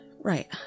Right